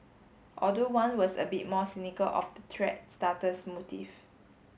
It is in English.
although one was a bit more cynical of the thread starter's motive